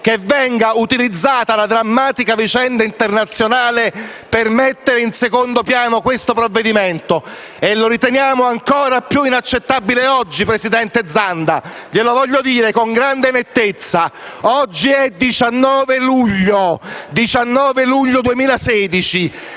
che venga utilizzata la drammatica situazione internazionale per mettere in secondo piano questo provvedimento e lo riteniamo ancora più inaccettabile oggi. Presidente Zanda, glielo voglio dire con grande nettezza: oggi è il 19 luglio 2016